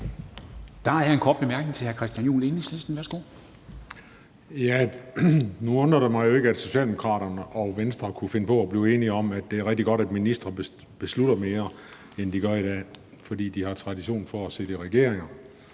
Der er en kort bemærkning til hr. Christian Juhl, Enhedslisten. Værsgo. Kl. 13:27 Christian Juhl (EL): Nu undrer det mig jo ikke, at Socialdemokraterne og Venstre kunne finde på at blive enige om, at det er rigtig godt, at ministre beslutter mere, end de gør i dag, for de har jo tradition for at sidde i regering.